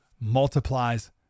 multiplies